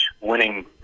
winning